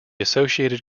associated